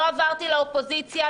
לא עברתי לאופוזיציה,